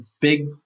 big